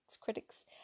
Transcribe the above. critics